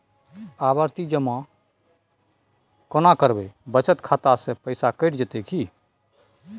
आवर्ति जमा केना करबे बचत खाता से पैसा कैट जेतै की?